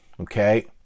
Okay